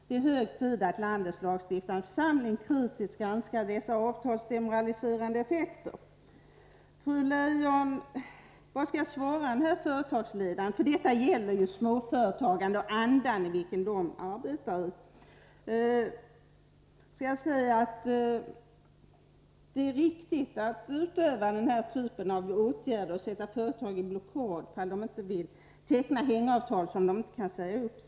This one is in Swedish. Det är hög tid att landets lagstiftande församling kritiskt granskar dessa avtals demoraliserande effekter ———.” Fru Leijon! Vad skall jag svara den här företagsledaren? Detta gäller ju småföretagarna och under de förhållanden som de måste arbeta. Det är tydligen riktigt att vidta den här typen av åtgärder och att förklara företag i blockad ifall man inte vill teckna hängavtal, som man senare inte kan säga upp.